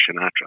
Sinatra